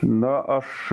na aš